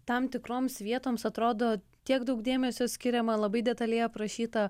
tam tikroms vietoms atrodo tiek daug dėmesio skiriama labai detaliai aprašyta